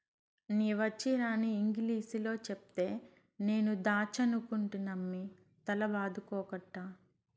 నీ వచ్చీరాని ఇంగిలీసులో చెప్తే నేను దాచ్చనుకుంటినమ్మి తల బాదుకోకట్టా